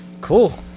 cool